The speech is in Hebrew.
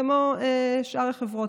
כמו שאר החברות,